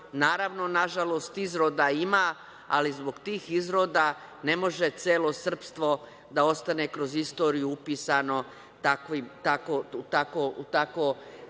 Naravno, na žalost izroda ima, ali zbog tih izroda ne može celo srpstvo da ostane kroz istoriju upisano u tako